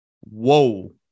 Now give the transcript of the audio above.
Whoa